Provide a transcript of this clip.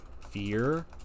fear